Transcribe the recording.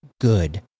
good